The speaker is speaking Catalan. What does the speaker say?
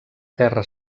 terra